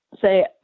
say